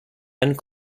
and